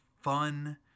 fun